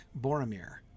Boromir